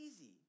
easy